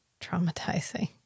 traumatizing